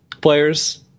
players